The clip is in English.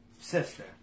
sister